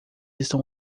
estão